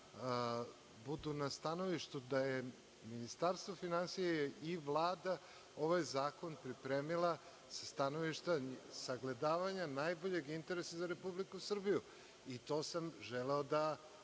budu na stanovištu da je Ministarstvo finansija i Vlada ovaj zakon pripremila sa stanovišta sagledavanja najboljeg interesa za Republiku Srbiju. To sam želeo da